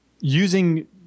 using